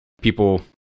people